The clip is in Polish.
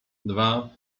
dwa